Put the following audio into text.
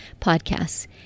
podcasts